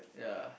ya